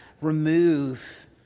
remove